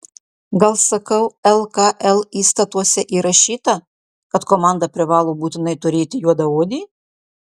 gal sakau lkl įstatuose įrašyta kad komanda privalo būtinai turėti juodaodį